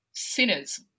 Sinners